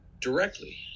directly